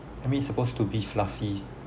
I mean it's supposed to be fluffy